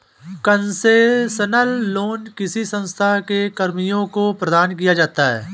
concessional loan किसी संस्था के कर्मियों को प्रदान किया जाता है